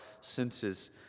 senses